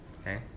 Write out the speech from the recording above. Okay